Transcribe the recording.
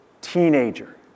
teenager